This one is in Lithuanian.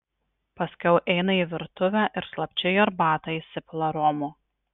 paskiau eina į virtuvę ir slapčia į arbatą įsipila romo